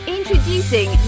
Introducing